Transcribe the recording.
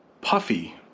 puffy